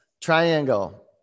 Triangle